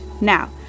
Now